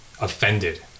offended